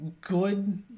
good